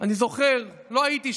הייתי שם,